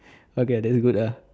okay then be good ah